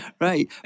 right